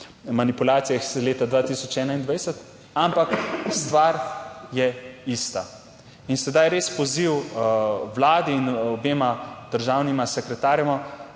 manipulacijah leta 2021, ampak stvar je ista. In sedaj res poziv Vladi in obema državnima sekretarjema,